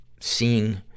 seeing